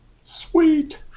Sweet